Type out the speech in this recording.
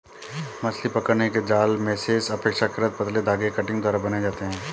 मछली पकड़ने के जाल मेशेस अपेक्षाकृत पतले धागे कंटिंग द्वारा बनाये जाते है